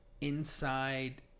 inside